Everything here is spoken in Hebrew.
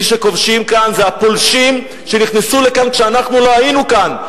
מי שכובשים כאן זה הפולשים שנכנסו לכאן כשאנחנו לא היינו כאן,